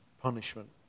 punishment